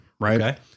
right